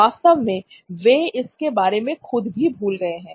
वास्तव में वे इसके बारे में खुद भी भूल गए हैं